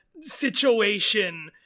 situation